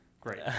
great